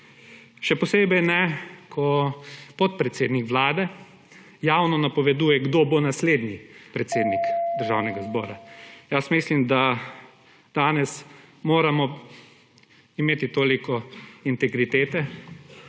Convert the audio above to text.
Še posebej ne, ko podpredsednik Vlade javno napoveduje, kdo bo naslednji predsednik Državnega zbora. / znak za konec razprave/ Jaz mislim, da danes moramo imeti toliko integritete